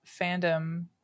fandom